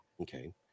okay